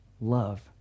love